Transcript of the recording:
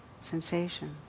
sensation